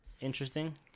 interesting